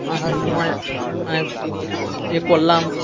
আসার সময় অনেক ইয়ে করলাম